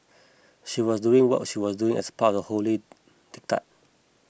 she was doing what she was doing as part of a holy diktat